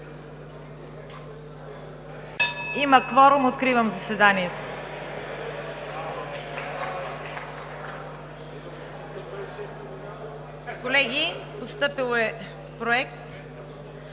Има кворум. Откривам заседанието. (Звъни.) Колеги, постъпил е проект